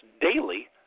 daily